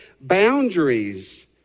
boundaries